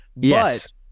yes